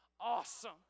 awesome